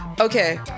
okay